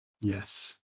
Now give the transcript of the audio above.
Yes